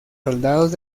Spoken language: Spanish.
soldados